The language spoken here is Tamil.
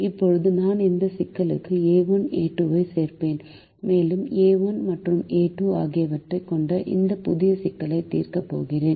இப்போது நான் இந்த சிக்கலுக்கு a1 a2 ஐ சேர்ப்பேன் மேலும் a1 மற்றும் a2 ஆகியவற்றைக் கொண்ட இந்த புதிய சிக்கலை தீர்க்கப் போகிறேன்